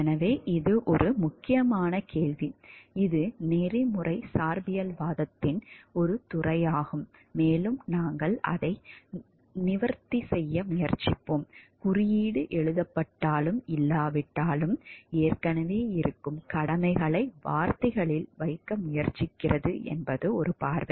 எனவே இது ஒரு முக்கியமான கேள்வி இது நெறிமுறை சார்பியல்வாதத்தின் ஒரு துறையாகும் மேலும் நாங்கள் அதை நிவர்த்தி செய்ய முயற்சிப்போம் குறியீடு எழுதப்பட்டாலும் இல்லாவிட்டாலும் ஏற்கனவே இருக்கும் கடமைகளை வார்த்தைகளில் வைக்க முயற்சிக்கிறது என்பது ஒரு பார்வை